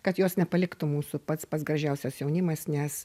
kad jos nepaliktų mūsų pats pats gražiausias jaunimas nes